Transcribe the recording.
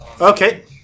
Okay